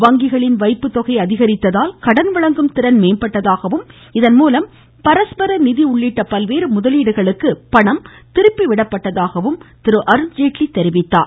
வங்கிகளின் வைப்புத்தொகை அதிகரித்ததால் கடன் வழங்கும் திறன் மேம்பட்டதாகவும் இதன் மூலம் பரஸ்பர நிதி உள்ளிட்ட பல்வேறு முதலீடுகளுக்கு பணம் திருப்பி விடப்பட்டதாகவும் திரு அருண்ஜேட்லி சுட்டிக்காட்டினார்